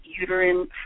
uterine